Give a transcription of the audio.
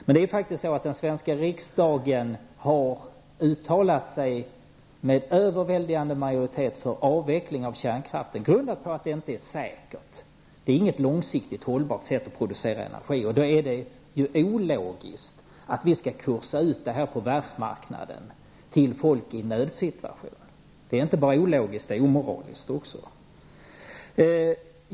Men den svenska riksdagen har faktiskt med överväldigande majoritet uttalat sig för avveckling av kärnkraften, ett uttalande grundat på att den inte är säker. Det är inget långsiktigt hållbart sätt att producera energi. Då är det ologiskt att vi skall ''kursa ut'' detta på världsmarknaden, till folk i en nödsituation. Det är inte bara ologiskt, det är omoraliskt också.